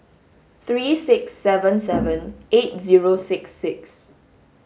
three six seven seven eight zero six six